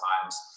times